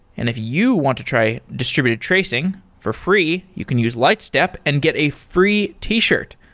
and if you want to try distributed tracing for free, you can use lightstep and get a free t-shirt.